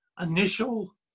initial